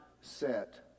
set